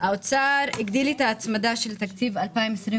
האוצר הגדיל את ההצמדה של תקציב 2022,